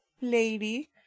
lady